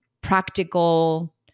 practical